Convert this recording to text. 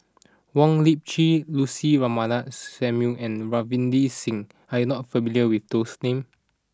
Wong Lip Chin Lucy Ratnammah Samuel and Ravinder Singh are you not familiar with those names